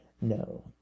no